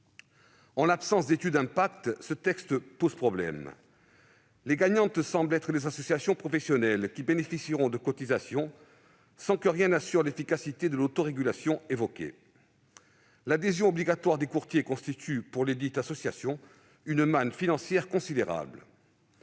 En l'absence d'étude d'impact, ce texte pose problème. Les gagnantes semblent être les associations professionnelles, qui bénéficieront de cotisations, sans que rien assure l'efficacité de l'autorégulation évoquée. L'adhésion obligatoire des courtiers constitue pour lesdites associations une manne financière considérable.